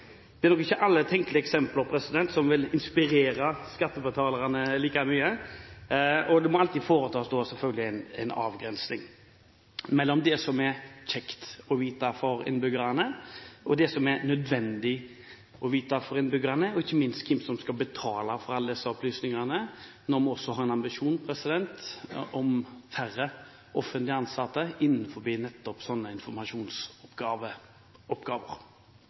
Det er nok ikke alle tenkelige eksempler som vil inspirere skattebetalerne like mye. Det må alltid foretas en avgrensning mellom hva som er kjekt å vite for innbyggerne, og hva som er nødvendig å vite, ikke minst sett opp mot hvem som skal betale for alle disse opplysningene, når vi også har en ambisjon om færre offentlig ansatte innenfor nettopp